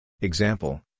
Example